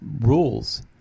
rules